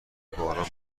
باران